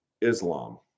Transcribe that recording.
Islam